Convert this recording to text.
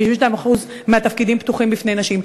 92% מהתפקידים פתוחים בפני נשים.